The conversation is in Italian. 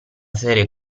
serie